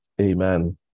Amen